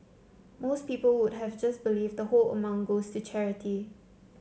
most people would have just believed the whole amount goes the charity